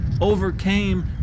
overcame